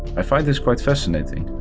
i find this quite fascinating,